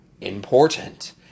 important